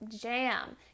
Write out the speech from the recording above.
jam